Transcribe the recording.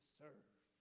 serve